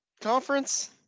conference